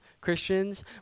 Christians